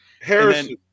Harrison